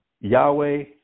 Yahweh